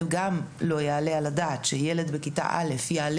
ולא יעלה על הדעת שילד בכיתה א' יעלה